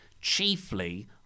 Chiefly